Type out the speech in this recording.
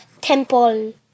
temple